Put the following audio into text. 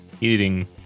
eating